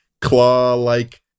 claw-like